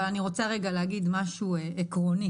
אני רוצה קודם להגיד משהו עקרוני: